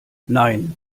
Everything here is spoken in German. nein